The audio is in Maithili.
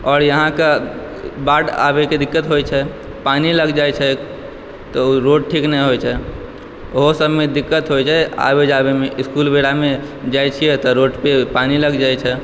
आओर यहाँके बाढ आबै के दिक्कत होइ छै पानि लागि जाइ छै तऽ ओ रोड ठीक नहि होइ छै ओहो सबमे दिक्कत होइ छै आबै जाबै मे इसकुल बेरा मे जाइ छियै तऽ रोड पे पानी लग जाइ छै